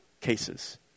cases